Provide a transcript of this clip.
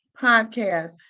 podcast